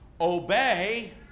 obey